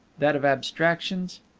that of abstractions,